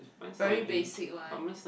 very basic one